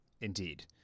Indeed